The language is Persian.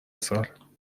سال